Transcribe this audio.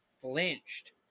flinched